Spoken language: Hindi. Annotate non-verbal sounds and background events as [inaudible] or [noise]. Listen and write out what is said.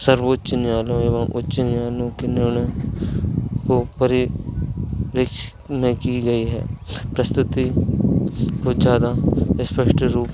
सर्वोच्च न्यायालयों एवं उच्च न्यायों के निर्णय को परे [unintelligible] में की गई है प्रस्तुति को ज़्यादा स्पष्ट रूप